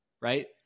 right